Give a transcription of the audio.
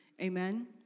Amen